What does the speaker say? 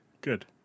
good